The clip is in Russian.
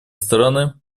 страны